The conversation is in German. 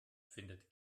findet